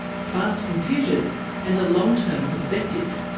fast computers and a long-term perspective.